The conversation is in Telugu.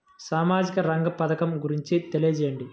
సామాజిక రంగ పథకం గురించి తెలియచేయండి?